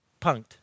Punked